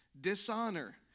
dishonor